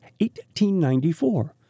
1894